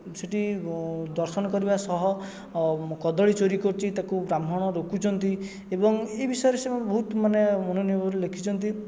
ସେଠି ଦର୍ଶନ କରିବା ସହ କଦଳୀ ଚୋରି କରୁଛି ତାକୁ ବ୍ରାହ୍ମଣ ରୋକୁଛନ୍ତି ଏବଂ ଏହି ବିଷୟରେ ସେ ବହୁତ ମାନେ ମନୋନିୟ ଭାବରେ ଲେଖିଛନ୍ତି